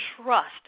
trust